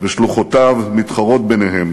ושלוחותיו מתחרות ביניהן